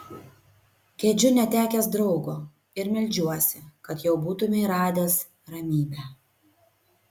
gedžiu netekęs draugo ir meldžiuosi kad jau būtumei radęs ramybę